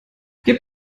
gib